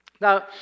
Now